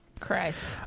Christ